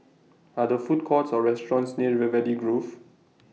Are The Food Courts Or restaurants near River Valley Grove